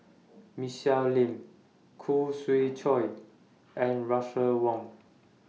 Michelle Lim Khoo Swee Chiow and Russel Wong